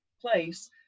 place